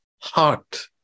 heart